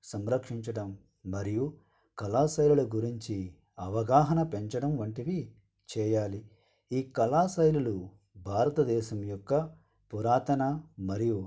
సంరక్షించడం మరియు కళాశైలల గురించి అవగాహన పెంచడం వంటివి చేయాలి ఈ కళాశైలులు భారతదేశం యొక్క పురాతన మరియు